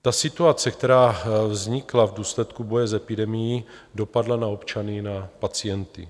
Ta situace, která vznikla v důsledku boje s epidemií, dopadla na občany, na pacienty.